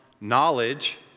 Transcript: knowledge